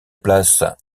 place